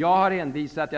Jag anser att när